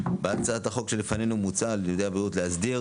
בהצעת החוק שלפנינו מוצע על ידי הבריאות להסדיר